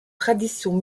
traditions